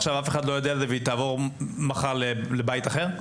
אף אחד לא יודע על זה והיא תעבור מחר לבית אחר?